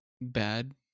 bad